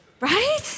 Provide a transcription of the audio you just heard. Right